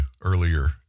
earlier